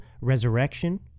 resurrection